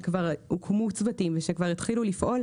שכבר הוקמו צוותים ושכבר התחילו לפעול,